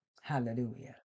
Hallelujah